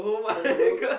so you know